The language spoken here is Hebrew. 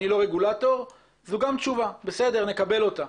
את לא רגולטור וגם זאת תשובה ונקבל אותה.